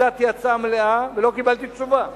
הצעתי הצעה מלאה ולא קיבלתי תשובה.